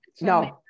No